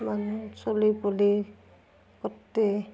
মানুহ চলি পুলি গোটেই